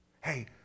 Hey